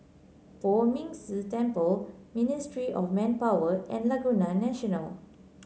Poh Ming Tse Temple Ministry of Manpower and Laguna National